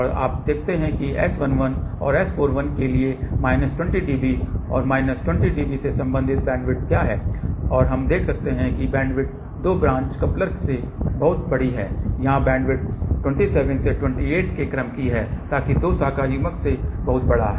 और देखते हैं कि S11 और S41 के लिए माइनस 20 dB और माइनस 20 dB से संबंधित बैंडविड्थ क्या हैं और हम देख सकते हैं कि बैंडविड्थ दो ब्रांच कपलर से बहुत बड़ी है यहां बैंडविड्थ 27 से 28 के क्रम की है ताकि दो शाखा युग्मक से बहुत बड़ा